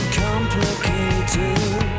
complicated